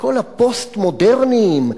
כל הפוסט-מודרניים,